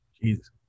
Jesus